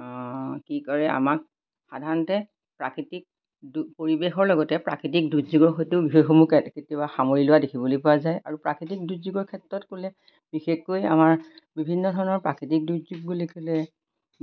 কি কৰে আমাক সাধাৰণতে প্ৰাকৃতিক পৰিৱেশৰ লগতে প্ৰাকৃতিক দুৰ্যোগৰ সৈতেও বিষয়সমূহ কেতিয়াবা সামৰি লোৱা দেখিবলৈ পোৱা যায় আৰু প্ৰাকৃতিক দুৰ্যোগৰ ক্ষেত্ৰত ক'লে বিশেষকৈ আমাৰ বিভিন্ন ধৰণৰ প্ৰাকৃতিক দুৰ্যোগ বুলি ক'লে